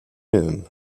même